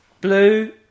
Blue